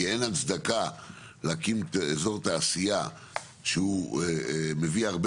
כי אין הצדקה להקים אזור תעשייה שהוא מביא הרבה